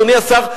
אדוני השר,